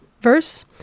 verse